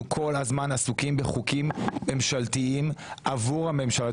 אנחנו כל הזמן עסוקים בחוקים ממשלתיים עבור הממשלה,